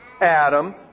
Adam